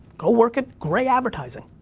go work at great advertising.